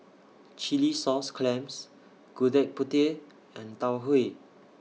Chilli Sauce Clams Gudeg Putih and Tau Huay